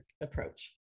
approach